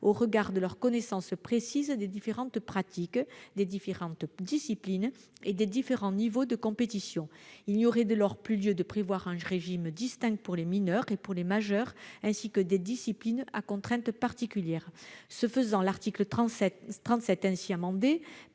au regard de leur connaissance précise des différentes pratiques, des différentes disciplines et des différents niveaux de compétition. Il n'y aurait dès lors plus lieu de prévoir un régime distinct pour les mineurs ou pour les majeurs, ainsi que pour les disciplines à contraintes particulières. L'article 37 ainsi amendé